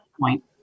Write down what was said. point